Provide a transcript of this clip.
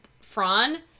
Fran